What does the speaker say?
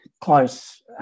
close